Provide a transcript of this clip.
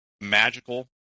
magical